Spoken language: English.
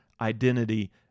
identity